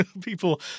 people